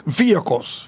vehicles